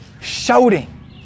shouting